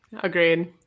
Agreed